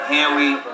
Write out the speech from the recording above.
Henry